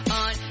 on